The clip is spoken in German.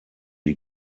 die